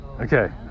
Okay